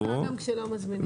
אני באה גם כשלא מזמינים אותי.